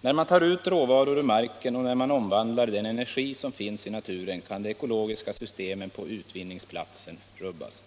När man tar ut råvaror ur marken och när man omvandlar den energi som finns i naturen kan de ekologiska systemen på utvinningsplatsen rubbas.